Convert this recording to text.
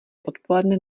odpoledne